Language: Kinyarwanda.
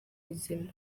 izima